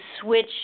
switch